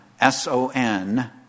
S-O-N